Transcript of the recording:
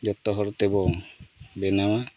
ᱡᱚᱛᱚ ᱦᱚᱲ ᱛᱮᱵᱚ ᱵᱮᱱᱟᱣᱟ